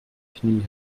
knie